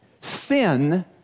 sin